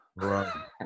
right